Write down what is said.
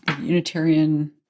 Unitarian